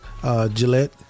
Gillette